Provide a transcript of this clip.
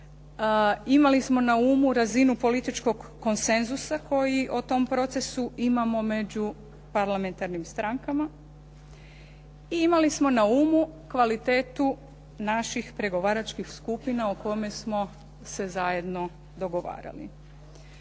Imali smo na umu razinu političkog konsenzusa koji o tom procesu imamo među parlamentarnim strankama i imali smo na umu kvalitetu naših pregovaračkih skupina o kojima smo se zajedno dogovarali.